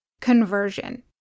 conversion